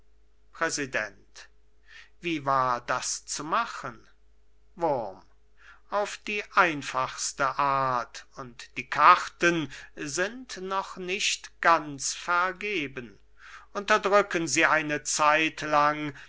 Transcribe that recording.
präsident wie war das zu machen wurm auf die einfachste art und die karten sind noch nicht ganz vergeben unterdrücken sie eine zeit lang